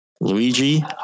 Luigi